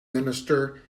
minister